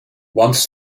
once